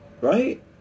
right